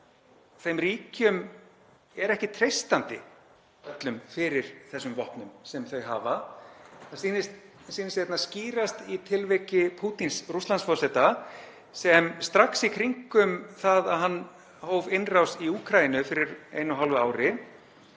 þeim ríkjum er ekki öllum treystandi fyrir þessum vopnum sem þau hafa. Það sést einna skýrast í tilviki Pútíns Rússlandsforseta sem strax í kringum það að hann hóf innrás í Úkraínu fyrir einu og hálfu ári